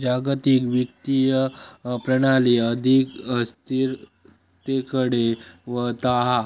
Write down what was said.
जागतिक वित्तीय प्रणाली अधिक स्थिरतेकडे वळता हा